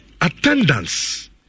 attendance